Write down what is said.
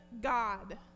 God